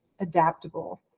adaptable